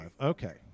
Okay